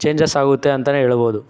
changes ಆಗುತ್ತೆ ಅಂತನೇ ಹೇಳ್ಬೋದು